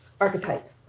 archetype